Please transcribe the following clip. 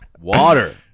Water